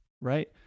right